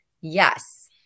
Yes